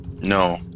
No